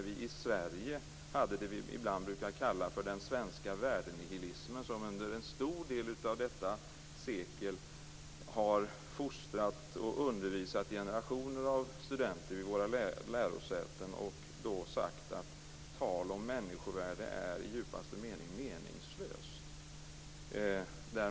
Vi i Sverige hade det vi ibland brukar kalla för den svenska värdenihilismen, som under en stor del av detta sekel för generationer av studenter vid våra lärosäten undervisat att tal om människovärde i djupaste mening är meningslöst.